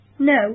No